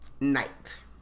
night